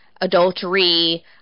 adultery